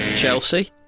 Chelsea